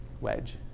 wedge